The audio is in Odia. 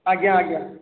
ଆଜ୍ଞା ଆଜ୍ଞା